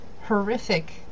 horrific